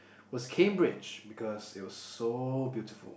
was Cambridge because it was so beautiful